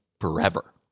forever